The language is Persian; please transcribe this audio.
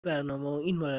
برنامه